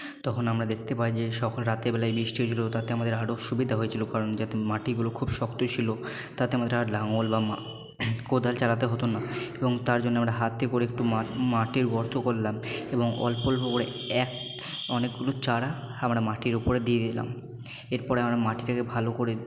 তখন আমরা দেখতে পাই যে রাতের বেলায় বৃষ্টি হয়েছিলো তাতে আমাদের আরও সুবিধা হয়েছিলো কারণ যাতে মাটিগুলো খুব শক্ত ছিল তাতে আমাদের লাঙল বা কোদাল চালাতে হতো না এবং তার জন্য আমরা হাতে করে একটু মাটির গর্ত করলাম এবং অল্প অল্প করে এক অনেকগুলো চারা আমরা মাটির উপরে দিয়ে দিলাম এরপরে আমরা মাটিটাকে ভালো করে